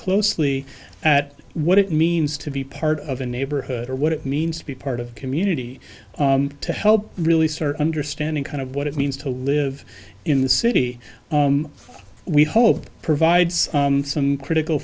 closely at what it means to be part of a neighborhood or what it means to be part of the community to help really search understanding kind of what it means to live in the city we hope provides some critical